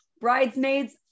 bridesmaids